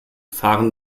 fahren